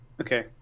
Okay